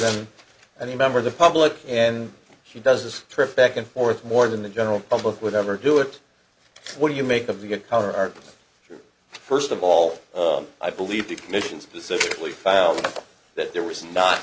than any member of the public and he does this trip back and forth more than the general public would never do it what do you make of the good color first of all i believe the commission specifically found that there was not